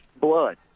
blood